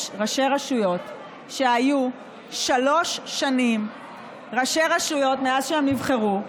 יש ראשי רשויות שהיו שלוש שנים ראשי רשויות מאז שהם נבחרו,